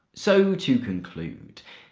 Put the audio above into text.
so, to conclude.